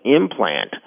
implant